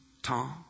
Tom